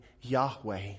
Yahweh